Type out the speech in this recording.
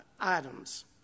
items